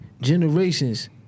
generations